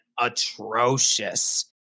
atrocious